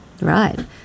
Right